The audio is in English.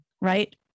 Right